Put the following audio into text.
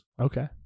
Okay